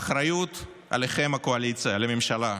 האחריות עליכם, על הקואליציה, על הממשלה,